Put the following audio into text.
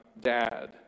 dad